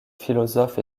philosophe